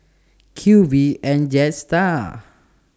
Q V and Jetstar